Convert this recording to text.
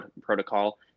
protocol